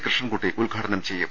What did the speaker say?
കൃഷ്ണൻകുട്ടി ഉദ്ഘാടനം ചെയ്യും